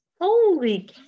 Holy